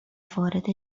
وارد